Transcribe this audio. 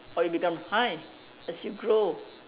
or it become high as you grow